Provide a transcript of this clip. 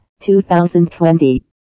2020